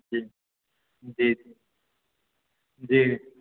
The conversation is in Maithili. जी जी जी